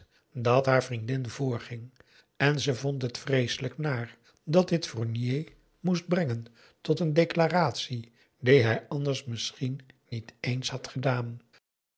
dat haar vriendin vrging en ze vond het vreeselijk naar dat dit fournier moest brengen tot een declaratie die hij anders misschien niet eens had gedaan